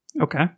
Okay